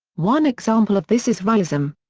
one example of this is riism.